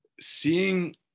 seeing